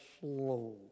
slow